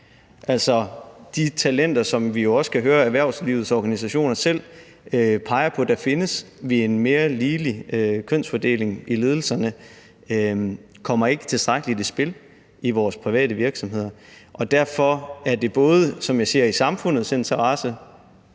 Altså, de talenter, som vi jo også kan høre erhvervslivets organisationer selv peger på findes via en mere ligelig kønsfordeling i ledelserne, kommer ikke tilstrækkelig i spil i vores private virksomheder. Derfor er det, vi diskuterer her i dag, som jeg ser